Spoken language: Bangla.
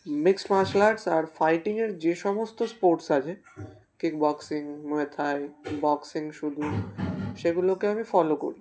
মিক্সড মার্শাল আর্টস আর ফাইটিংয়ের যে সমস্ত স্পোর্টস আছে কিকবক্সিং মুয়াইথাই বক্সিং শুধু সেগুলোকে আমি ফলো করি